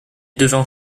devint